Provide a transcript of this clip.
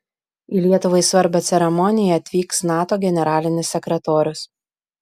į lietuvai svarbią ceremoniją atvyks nato generalinis sekretorius